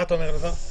מה אתה אומר, אלעזר?